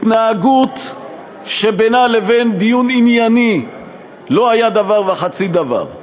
התנהגות שבינה לבין דיון ענייני לא היה דבר וחצי דבר.